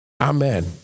Amen